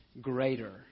greater